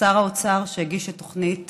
לשר האוצר שהגיש את התוכנית